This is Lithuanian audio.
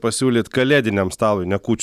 pasiūlyt kalėdiniam stalui ne kūčių